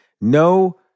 No